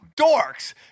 dorks